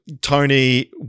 tony